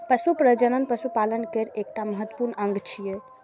पशु प्रजनन पशुपालन केर एकटा महत्वपूर्ण अंग छियै